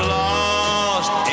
lost